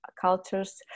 cultures